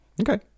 okay